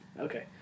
Okay